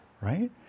right